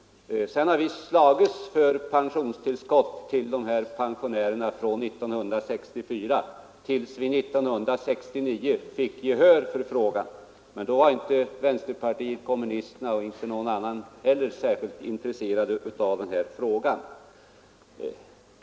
Sedan har vi slagits för pensionstillskott till de här pensionärerna. Vi slogs för detta från 1964 tills vi 1969 fick gehör för våra krav. Men då var inte vänsterpartiet kommunisterna, och inte någon annan heller, särskilt intresserad av denna fråga.